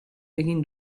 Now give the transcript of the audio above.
egin